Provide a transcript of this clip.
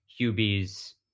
Hubie's